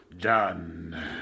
done